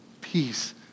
peace